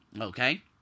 okay